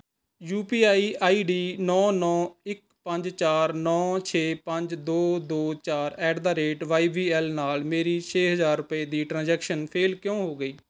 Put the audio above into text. you P I I D ਨੌਂ ਨੌਂ ਇੱਕ ਪੰਜ ਚਾਰ ਨੌਂ ਛੇ ਪੰਜ ਦੋ ਦੋ ਚਾਰ at the rate Y B L ਨਾਲ ਮੇਰੀ ਛੇ ਹਜ਼ਾਰ ਰੁਪਏ ਦੀ ਟ੍ਰਾਂਜੈਕਸ਼ਨ ਫੇਲ੍ਹ ਕਿਉਂ ਹੋ ਗਈ